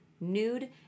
nude